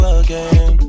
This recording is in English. again